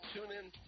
TuneIn